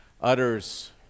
utters